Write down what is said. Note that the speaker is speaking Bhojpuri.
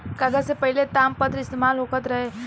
कागज से पहिले तामपत्र इस्तेमाल होखत रहे